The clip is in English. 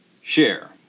Share